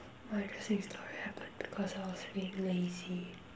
what interesting story happened because I was being lazy